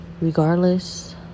regardless